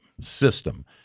system